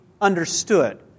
understood